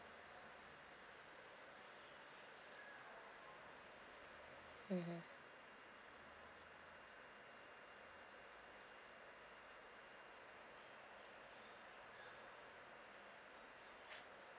mmhmm